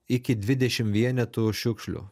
iki dvidešim vienetų šiukšlių